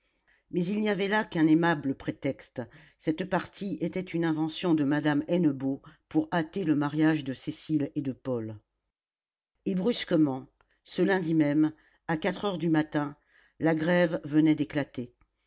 mais il n'y avait là qu'un aimable prétexte cette partie était une invention de madame hennebeau pour hâter le mariage de cécile et de paul et brusquement ce lundi même à quatre heures du matin la grève venait d'éclater